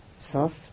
soft